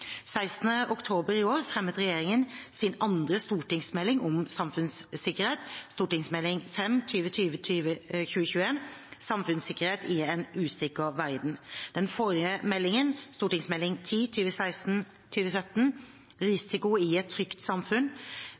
oktober i år fremmet regjeringen sin andre stortingsmelding om samfunnssikkerhet, Meld. St. 5 for 2020–2021, Samfunnssikkerhet i en usikker verden. Den forrige meldingen var Meld. St. 10 for 2016–2017, Risiko i et trygt samfunn.